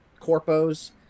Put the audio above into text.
corpos